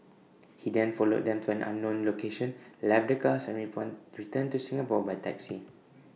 he then followed them to an unknown location left the cars and returned to Singapore by taxi